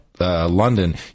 London